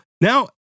now